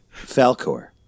Falkor